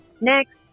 Next